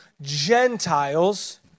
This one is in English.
Gentiles